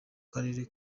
karere